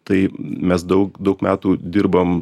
tai mes daug daug metų dirbam